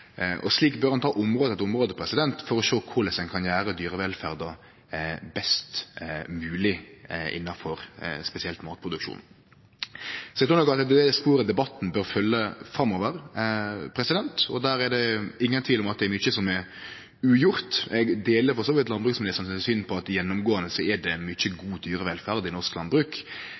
Og slik bør ein ta område etter område for å sjå korleis ein kan gjere dyrevelferda best mogleg innanfor spesielt matproduksjon. Så eg trur nok at det er det sporet debatten bør følgje framover, og der er det ingen tvil om at det er mykje som er ugjort. Eg deler for så vidt landbruksministeren sitt syn om at det gjennomgåande er mykje god dyrevelferd i norsk landbruk,